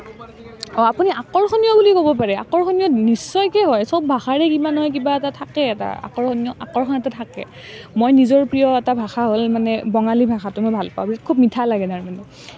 আপুনি আকৰ্ষণীয় বুলি ক'ব পাৰে আকৰ্ষণীয় চব ভাষাৰে কিবা নহয় কিবা এটা থাকে মই নিজৰ প্ৰিয় এটা ভাষা হ'ল মানে বঙালী ভাষাটো মই ভাল পাওঁ খুব মিঠা লাগে তাৰমানে সেইটো